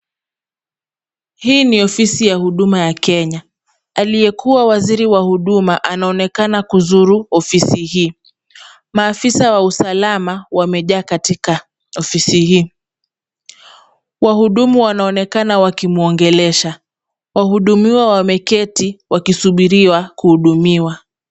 Hii ni ofisi ya huduma ya Kenya. Aliyekuwa waziri wa huduma anaonekana kuzuru ofisi hii. Maafisa wa usalama wamejaa katika ofisi hii. Wahudumu wanaonekana wakimwongelesha. Wahudumiwa wameketi, wakisubiria kuhudumiwa.